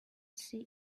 see